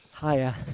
Hiya